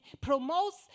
promotes